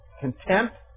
Contempt